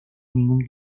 ningún